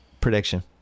prediction